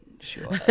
Sure